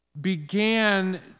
began